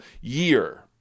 year